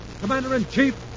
Commander-in-Chief